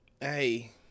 Hey